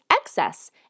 excess